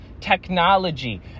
technology